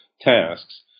tasks